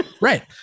Right